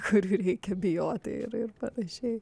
kurių reikia bijoti ir ir panašiai